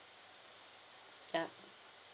yup